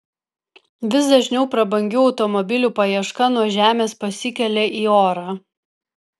vis dažniau prabangių automobilių paieška nuo žemės pasikelia į orą